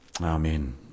Amen